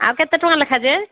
ଆଉ କେତେ ଟଙ୍କା ଲେଖା ଯେ